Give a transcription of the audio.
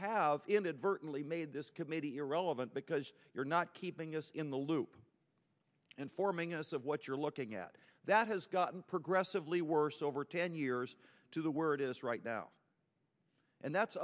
inadvertently made this committee irrelevant because you're not keeping us in the loop informing us of what you're looking at that has gotten progressively worse over ten years to the word is right now and that's